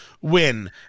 win